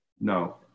No